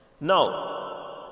Now